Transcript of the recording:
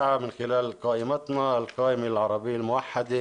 הערבית המאוחדת